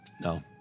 No